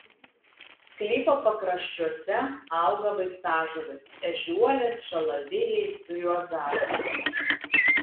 sklypo pakraščiuose auga vaistažolės ežiuolės šalavijai juozažolės